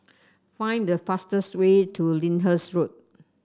find the fastest way to Lyndhurst Road